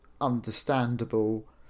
understandable